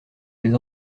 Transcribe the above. des